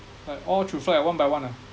like all through flight one by one ah